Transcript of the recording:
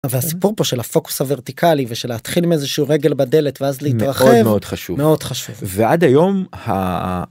והסיפור פה של הפוקוס הוורטיקלי ושל להתחיל מאיזה שהוא רגל בדלת ואז להתרחב מאוד חשוב מאוד חשוב ועד היום.